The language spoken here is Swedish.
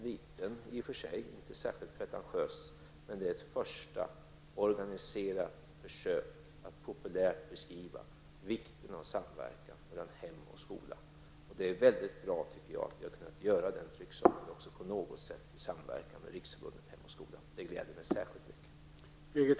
Den är i och för sig liten till sitt omfång och inte särskilt pretentiös. Men det är ett första organiserat försök att populärt beskriva vikten av samarbete mellan hem och skola. Jag anser att det är mycket bra att denna trycksak framställts i samverkan med Riksförbundet Hem och skola. Det glädjer mig särskilt mycket.